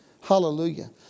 Hallelujah